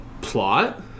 plot